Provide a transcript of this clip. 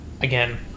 Again